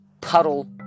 puddle